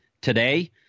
today